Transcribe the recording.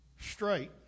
straight